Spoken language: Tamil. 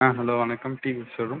ஆ ஹலோ வணக்கம் டிவிஎஸ் ஷோரூம்